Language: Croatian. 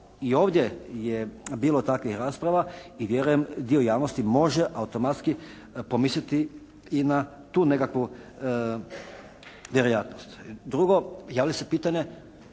i ovdje je bilo takvih rasprava i vjerujem dio javnosti može automatski pomisliti i na tu nekakvu vjerojatnost. Drugo, javlja se pitanje,